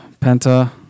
Penta